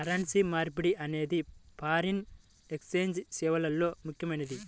currency మార్పిడి అనేది foreign exchange సేవల్లో ముఖ్యమైనది